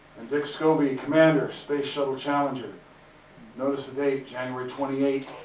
and dick scobee, commander space shuttle challenger notice, the date january twenty eight